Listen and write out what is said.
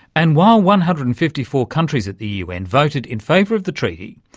and while one hundred and fifty four countries at the un voted in favour of the treaty,